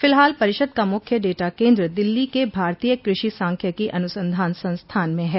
फिलहाल परिषद का मख्य डेटा केंद्र दिल्ली के भारतीय कृषि सांख्यिकी अनुसंधान संस्थान में है